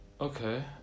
Okay